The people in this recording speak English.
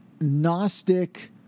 Gnostic